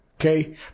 Okay